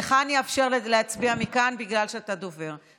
לך אני אאפשר להצביע מכאן, בגלל שאתה דובר.